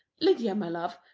lydia, my love,